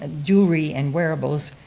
ah jewelry and wearables,